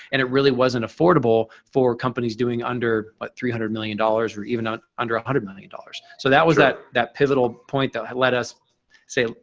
and it really wasn't affordable for companies doing under but three hundred million dollars or even under a hundred million dollars. so that was that that pivotal point though. let us say,